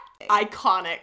Iconic